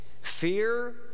fear